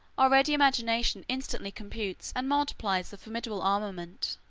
our ready imagination instantly computes and multiplies the formidable armament